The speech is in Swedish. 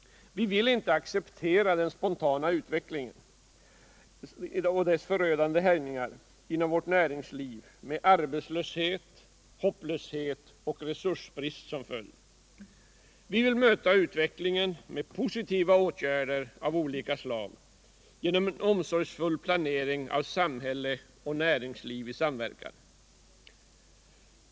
Vi vill inte acceptera den spontana utvecklingens förödande härjningar inom vårt näringsliv med arbetslöshet, hopplöshet och resursbrist som följd. Vi vill möta utvecklingen med positiva åtgärder av olika slag, genom en omsorgsfull planering av samhälle och Näringspolitiken Näringspolitiken näringsliv i samverkan.